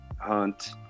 hunt